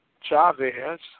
Chavez